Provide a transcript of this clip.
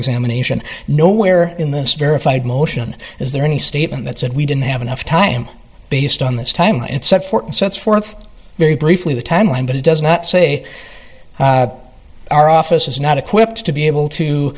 examination nowhere in this verified motion is there any statement that said we didn't have enough time based on this timeline and set forth and sets forth very briefly the timeline but it does not say our office is not equipped to be able to